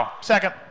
Second